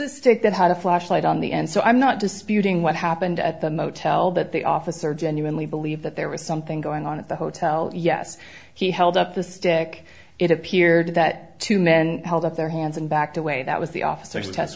a stick that had a flashlight on the end so i'm not disputing what happened at the motel that the officer genuinely believed that there was something going on at the hotel yes he held up the stick it appeared that two men held up their hands and backed away that was the officer